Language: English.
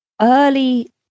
early